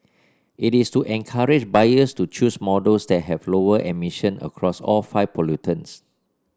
it is to encourage buyers to choose models that have lower emission across all five pollutants